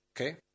Okay